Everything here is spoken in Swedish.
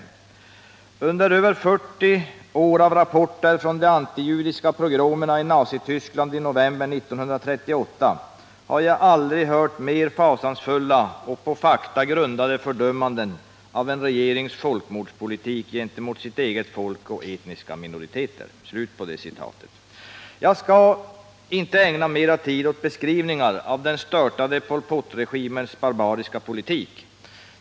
Under över 40 år av rapporter, från de antijudiska pogromerna i nazi-Tyskland i november 1938, har jag aldrig hört mer fasansfulla och på fakta grundade fördömanden av en regerings folkmordspolitik gentemot sitt eget folk och etniska minoriteter.” Jag skall inte ägna mera tid åt beskrivningar av den störtade Pol Potregimens barbariska politik.